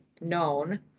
known